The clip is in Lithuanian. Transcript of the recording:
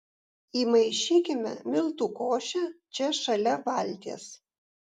įmaišykime miltų košę čia šalia valties